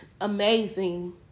amazing